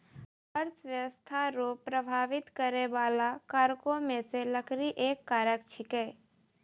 अर्थव्यस्था रो प्रभाबित करै बाला कारको मे से लकड़ी एक कारक छिकै